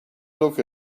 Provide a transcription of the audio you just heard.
look